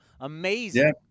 amazing